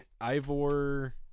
Ivor